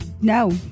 no